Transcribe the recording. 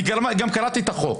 קראתי את החוק